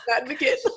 advocate